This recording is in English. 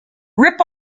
rip